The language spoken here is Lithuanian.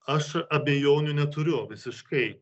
aš abejonių neturiu visiškai